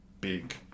big